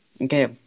Okay